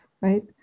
right